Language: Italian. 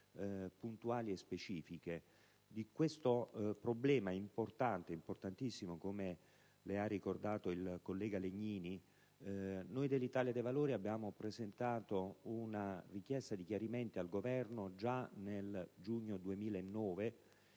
puntuali e specifiche. Su questo problema importante, importantissimo, come le ha ricordato il collega Legnini, noi dell'Italia dei Valori abbiamo infatti presentato una richiesta di chiarimento al Governo già nel giugno 2009,